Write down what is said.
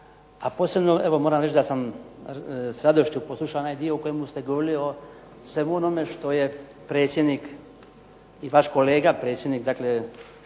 A posebno moram reći da sam sada poslušao onaj dio u kojemu ste govorili o svemu onome što je predsjednik i vaš kolega predsjednik Odbora